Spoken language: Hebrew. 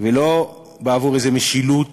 ולא בעבור איזו משילות